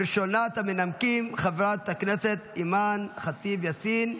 ראשונת המנמקים, חברת הכנסת אימאן ח'טיב יאסין.